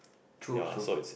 true true